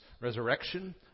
resurrection